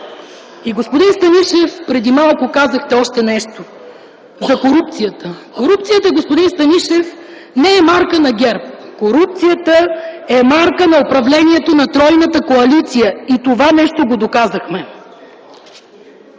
Господин Станишев, преди малко казахте още нещо - за корупцията. Корупцията, господин Станишев, не е марка на ГЕРБ. Корупцията е марка на управлението на тройната коалиция и това нещо го доказахме.